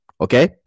Okay